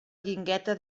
guingueta